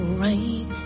rain